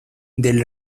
del